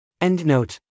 EndNote